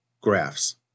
graphs